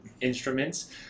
instruments